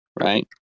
right